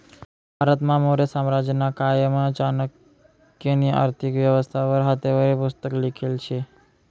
भारतमा मौर्य साम्राज्यना कायमा चाणक्यनी आर्थिक व्यवस्था वर हातेवरी पुस्तक लिखेल शे